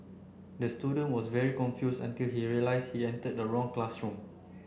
the student was very confused until he realized he entered the wrong classroom